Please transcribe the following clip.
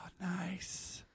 Nice